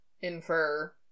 infer